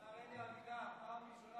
השר אלי אבידר, פעם ראשונה שהוא שר תורן.